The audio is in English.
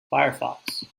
firefox